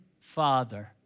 Father